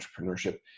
entrepreneurship